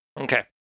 Okay